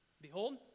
behold